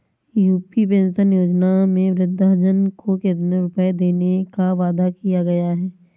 UP pension योजना में वृद्धजन को कितनी रूपये देने का वादा किया गया है?